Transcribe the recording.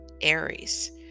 Aries